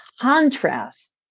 contrast